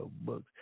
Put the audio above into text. books